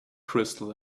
crystal